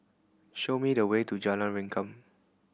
show me the way to Jalan Rengkam